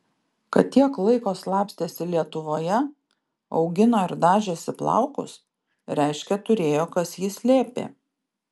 kad tiek laiko slapstėsi lietuvoje augino ir dažėsi plaukus reiškia turėjo kas jį slėpė